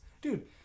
Dude